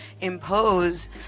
impose